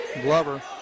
Glover